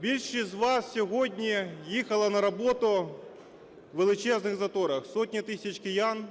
більшість з вас сьогодні їхала на роботу у величезних заторах. Сотні тисяч киян